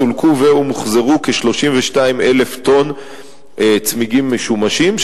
סולקו או מוחזרו כ-32,000 טונות צמיגים משומשים.